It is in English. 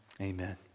amen